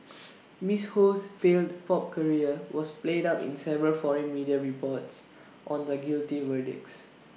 miss Ho's failed pop career was played up in several foreign media reports on the guilty verdicts